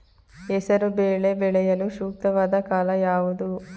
ಹೆಸರು ಬೇಳೆ ಬೆಳೆಯಲು ಸೂಕ್ತವಾದ ಕಾಲ ಯಾವುದು?